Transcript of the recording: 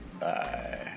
Bye